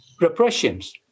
repressions